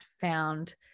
found